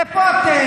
איפה אתם?